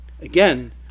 Again